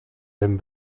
and